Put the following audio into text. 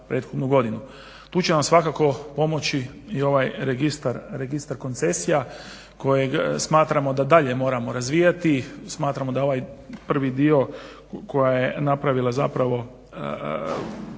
Tu će vam svakako pomoći i ovaj registar koncesija kojeg smatramo da dalje moram razvijati, smatramo da ovaj prvi dio koja je napravila zapravo